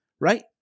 right